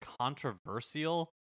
controversial